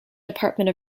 department